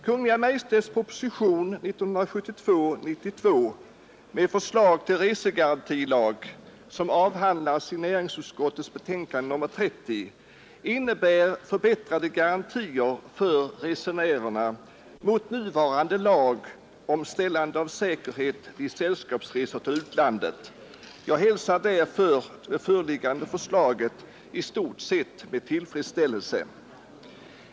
Herr talman! Kungl. Maj:ts proposition 92 med förslag till resegarantilag, som avhandlas i näringsutskottets betänkande nr 30, innebär förbättrade garantier för resenärerna jämfört med nuvarande lag om ställande av säkerhet vid sällskapsresor till utlandet. Jag hälsar därför det föreliggande förslaget i stort sett med tillfredsställelse.